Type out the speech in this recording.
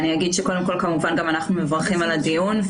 קודם כול, כמובן אנחנו גם מברכים על הדיון.